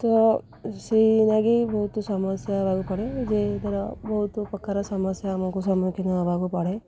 ସେଇଳାଗି ବହୁତ ସମସ୍ୟା ହେବାକୁ ପଡ଼େ ଯେ ଧର ବହୁତ ପ୍ରକାର ସମସ୍ୟା ଆମକୁ ସମ୍ମୁଖୀନ ହେବାକୁ ପଡ଼େ